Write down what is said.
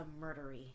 murdery